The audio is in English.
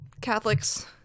Catholics